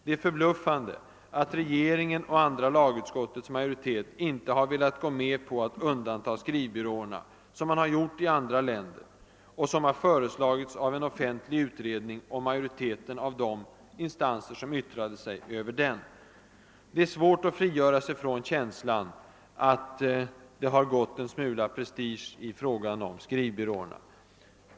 Det är förbluffande att regeringen och andra lagutskottets majoritet inte har velat gå med på att undanta skrivbyråerna, som man har gjort i andra länder, och som har föreslagits av en offentlig utredning och majoriteten av de instanser som har yttrat sig över dem. Det är svårt att frigöra sig från känslan att det har gått en smula prestige i frågan om skrivbyråerna.